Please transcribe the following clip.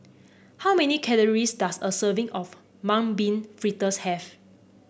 how many calories does a serving of Mung Bean Fritters have